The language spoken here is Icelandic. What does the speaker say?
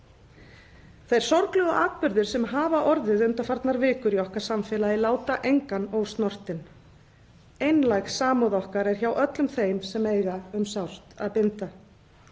Þeir sorglegu atburðir sem orðið hafa undanfarnar vikur láta engan ósnortinn. Einlæg samúð okkar er hjá öllum þeim sem eiga um sárt að binda.